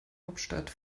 hauptstadt